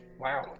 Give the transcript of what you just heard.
wow